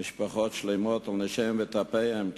משפחות שלמות על נשיהן וטפן.